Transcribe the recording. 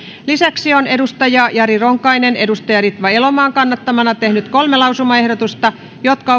lisäksi on jari ronkainen ritva elomaan kannattamana tehnyt kolme lausumaehdotusta jotka